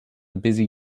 busy